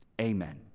Amen